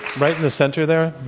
right in the center there.